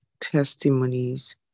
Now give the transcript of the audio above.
testimonies